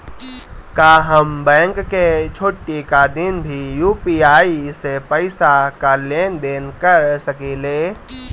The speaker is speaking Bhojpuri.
का हम बैंक के छुट्टी का दिन भी यू.पी.आई से पैसे का लेनदेन कर सकीले?